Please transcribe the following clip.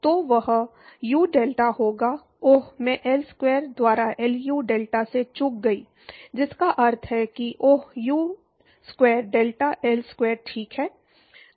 तो वह u delta होगा ओह मैं एल स्क्वायर द्वारा एलयू डेल्टा से चूक गया जिसका अर्थ है कि oh u square delta L square ठीक है